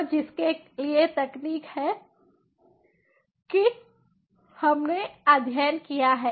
तो जिसके लिए तकनीक है कि हमने अध्ययन किया है